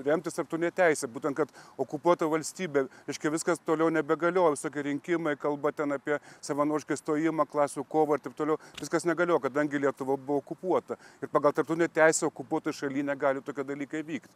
remtis tarptautinė teisė būtent kad okupuota valstybė reiškia viskas toliau nebegalioja visokie rinkimai kalba ten apie savanorišką įstojimą klasių kovą ir taip toliau viskas negalioja kadangi lietuva buvo okupuota ir pagal tarptautinę teisę okupuotoj šaly negali tokie dalykai vykt